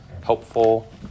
helpful